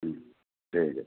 হুম ঠিক আছে